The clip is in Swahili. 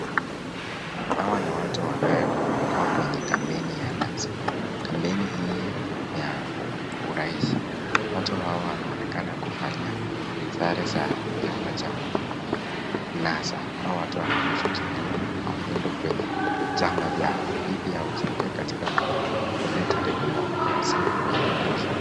Hawa ni watu wanayo kwa kwenye kampeni ya NASA. Kampeni hii ya uraisi. Watu hawa wanaonekana kufalia sare za chama cha NASA. Hawa watu wanaonyesha usalindo na upendo kwenye chama yao. Hii pia husaidia katika kuleta demokrasia kwenye nchi.